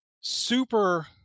super